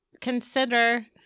consider